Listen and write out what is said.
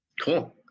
cool